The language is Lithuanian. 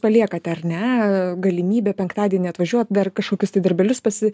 paliekate ar ne galimybę penktadienį atvažiuot dar kašokius ti darbelius pasi